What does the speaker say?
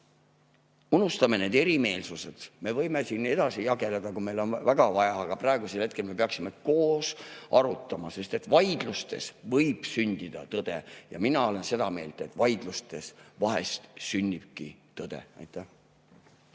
Unustame need erimeelsused. Me võime siin edasi jageleda, kui meil on seda väga vaja, aga praegu me peaksime koos arutama, sest vaidlustes võib sündida tõde ja mina olen seda meelt, et vaidlustes vahest sünnibki tõde. Aitäh!